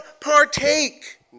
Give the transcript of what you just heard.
partake